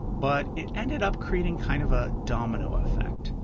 but it ended up creating kind of a domino effect.